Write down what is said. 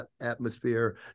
atmosphere